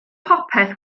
popeth